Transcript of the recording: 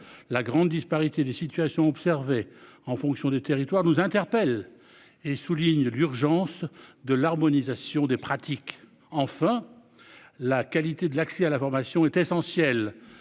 La grande disparité des situations observées en fonction des territoires, nous interpelle et souligne l'urgence de l'harmonisation des pratiques enfin. La qualité de l'accès à l'information est essentiel,